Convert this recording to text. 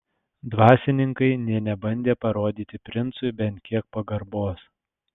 dvasininkai nė nebandė parodyti princui bent kiek pagarbos